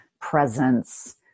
presence